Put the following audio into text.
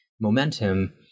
momentum